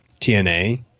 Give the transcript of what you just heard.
TNA